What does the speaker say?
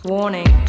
Warning